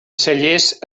cellers